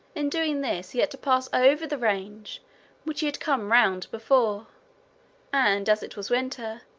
in doing this he had to pass over the range which he had come round before and, as it was winter,